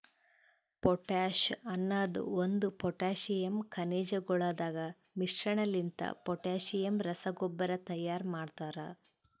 potash ಅನದ್ ಒಂದು potassium ಖನಿಜಗೊಳದಾಗ್ ಮಿಶ್ರಣಲಿಂತ ಪೊಟ್ಯಾಸಿಯಮ್ ರಸಗೊಬ್ಬರ ತೈಯಾರ್ ಮಾಡ್ತರ